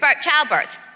childbirth